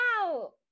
Wow